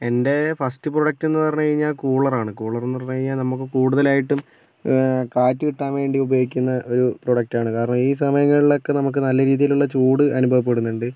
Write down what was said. എൻ്റെ first product എന്ന് പറഞ്ഞ് കഴിഞ്ഞാൽ കൂളർ ആണ് കൂളറ് എന്ന് പറഞ്ഞ് കഴിഞ്ഞാൽ നമ്മള് കുടുതലായിട്ടും കാറ്റ് കിട്ടാൻ വേണ്ടി ഉപയോഗിക്കുന്ന ഒരു പ്രോഡക്റ്റ് ആണ് കാരണം ഈ സമയങ്ങളിലൊക്കെ നമുക്ക് നല്ല രീതിയിലുള്ള ചൂട് അനുഭവപ്പെടുന്നുണ്ട്